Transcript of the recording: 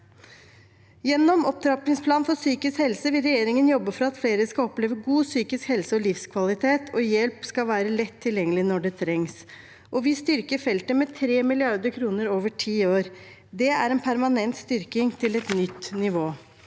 Gjennom opptrappingsplanen for psykisk helse vil regjeringen jobbe for at flere skal oppleve god psykisk helse og livskvalitet, og hjelp skal være lett tilgjengelig når det trengs. Vi styrker feltet med 3 mrd. kr over ti år. Det er en permanent styrking til et nytt nivå.